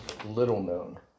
little-known